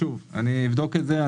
שוב, אני אבדוק את זה.